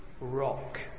rock